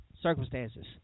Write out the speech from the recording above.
circumstances